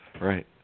Right